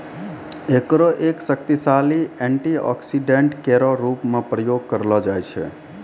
एकरो एक शक्तिशाली एंटीऑक्सीडेंट केरो रूप म प्रयोग करलो जाय छै